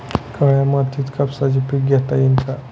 काळ्या मातीत कापसाचे पीक घेता येईल का?